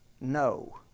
No